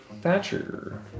Thatcher